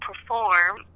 perform